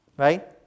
right